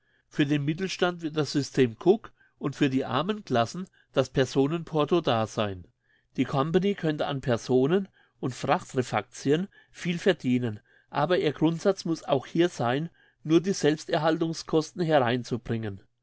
für den mittelstand wird das system cook und für die armen classen das personenporto da sein die company könnte an personen und frachtrefactien viel verdienen aber ihr grundsatz muss auch hier sein nur die selbsterhaltungskosten hereinzubringen